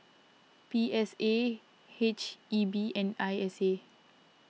P S A H E B and I S A